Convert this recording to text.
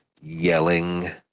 yelling